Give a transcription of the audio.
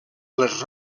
les